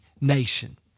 nation